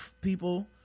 people